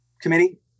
Committee